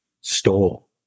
stole